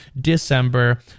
December